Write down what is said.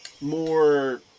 more